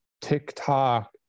TikTok